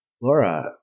Laura